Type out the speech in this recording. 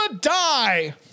die